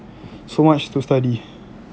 so much to study